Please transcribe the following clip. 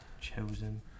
chosen